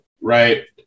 Right